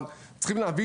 אבל צריכים להבין,